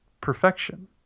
perfection